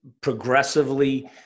progressively